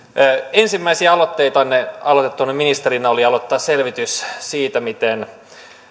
ensimmäisiä aloitteitanne aloitettuanne ministerinä oli aloittaa selvitys siitä miten